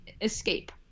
escape